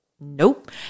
Nope